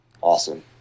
awesome